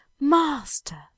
Master